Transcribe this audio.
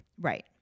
Right